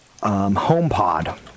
HomePod